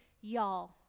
y'all